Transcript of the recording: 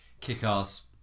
kick-ass